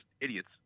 idiots